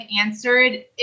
answered